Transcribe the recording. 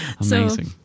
amazing